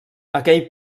aquell